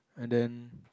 and then